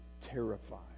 terrified